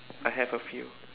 I have a few